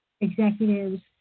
executives